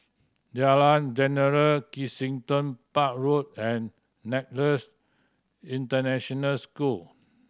Jalan Jentera Kensington Park Road and Nexus International School